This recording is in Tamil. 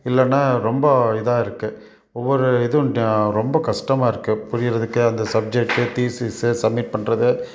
இல்லைன்னா ரொம்ப இதாக இருக்குது ஒவ்வொரு இதுவும் ரொம்ப கஷ்டமா இருக்குது புரிகிறதுக்கு அந்த சப்ஜெக்ட்டு தீஸீஸு சப்மிட் பண்ணுறது